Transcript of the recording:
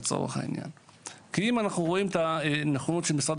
כי אם אנחנו רואים את הנכונות של משרד